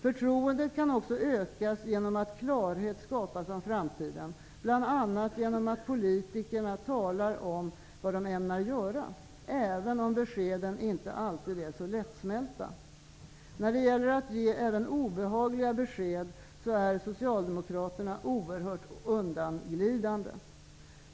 Förtroendet kan också ökas genom att klarhet skapas om framtiden, bl.a. genom att politikerna talar om vad de ämnar göra, även om beskeden inte alltid är så lättsmälta. När det gäller att ge även obehagliga besked är Socialdemokraterna oerhört undanglidande.